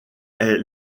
est